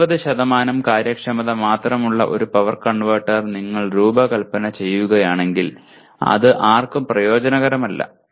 70 കാര്യക്ഷമത മാത്രമുള്ള ഒരു പവർ കൺവെർട്ടർ നിങ്ങൾ രൂപകൽപ്പന ചെയ്യുകയാണെങ്കിൽ അത് ആർക്കും പ്രയോജനകരമല്ല